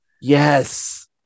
yes